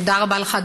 תודה רבה לך,